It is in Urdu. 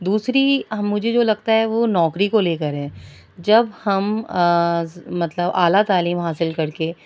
دوسری مجھے جو لگتا ہے وہ نوکری کو لے كر ہے جب ہم مطلب اعلیٰ تعلیم حاصل كركے